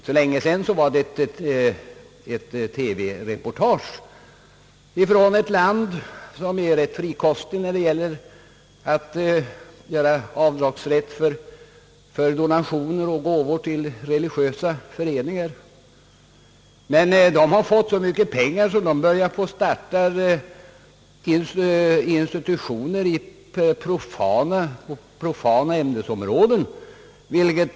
För en tid sedan förekom ett TV-reportage från ett land som är rätt frikostigt när det gäller avdrag för donationer och gåvor till religiösa föreningar. Dessa föreningar har fått så mycket pengar att de startat institutioner på profana ämnesområden.